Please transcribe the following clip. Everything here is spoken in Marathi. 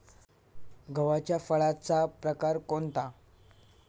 गव्हाच्या फळाचा प्रकार कोणता?